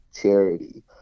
charity